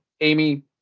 Amy